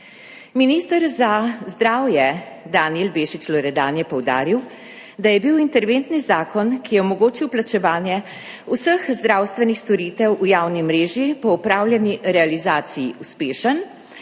Minister za zdravje Danijel Bešič Loredan je poudaril, da je bil interventni zakon, ki je omogočil plačevanje vseh zdravstvenih storitev v javni mreži, po opravljeni realizaciji uspešen,